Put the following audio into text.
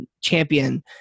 champion